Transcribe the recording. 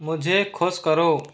मुझे खुश करो